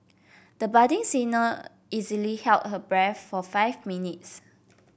the budding singer easily held her breath for five minutes